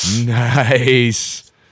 Nice